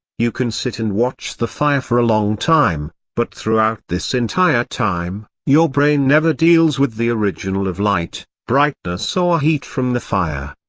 you can sit and watch the fire for a long time, but throughout this entire time, your brain never deals with the original of light, brightness or heat from the fire.